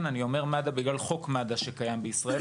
אני אומר מד"א בגלל חוק מד"א שקיים בישראל,